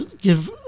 give